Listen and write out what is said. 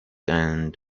and